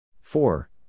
Four